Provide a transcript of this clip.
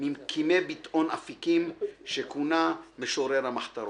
ממקימי ביטאון "אפיקים" שכונה "משורר המחתרות".